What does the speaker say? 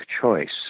choice